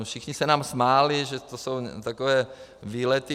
Všichni se nám smáli, že to jsou takové výlety o ničem.